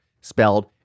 spelled